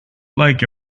like